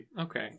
Okay